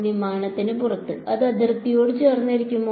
വിമാനത്തിന് പുറത്ത് അത് അതിർത്തിയോട് ചേർന്നിരിക്കുമോ